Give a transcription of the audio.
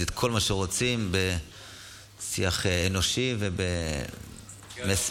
את כל מה שרוצים בשיח אנושי ובמסר שעובר.